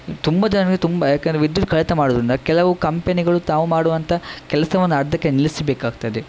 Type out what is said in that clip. ತುಂಬ ಜನರಿಗೆ ತುಂಬ ಯಾಕಂದರೆ ವಿದ್ಯುತ್ ಕಡಿತ ಮಾಡುದರಿಂದ ಕೆಲವು ಕಂಪೆನಿಗಳು ತಾವು ಮಾಡುವಂಥ ಕೆಲಸವನ್ನು ಅರ್ಧಕ್ಕೆ ನಿಲ್ಲಿಸಬೇಕಾಗ್ತದೆ